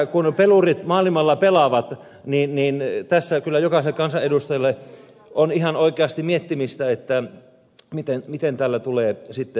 kun pelurit maailmalla pelaavat niin tässä kyllä jokaiselle kansanedustajalle on ihan oikeasti miettimistä miten täällä tulee sitten menetellä